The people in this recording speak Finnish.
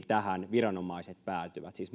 tähän päätyvät siis